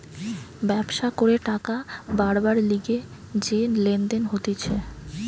ব্যবসা করে টাকা বারবার লিগে যে লেনদেন হতিছে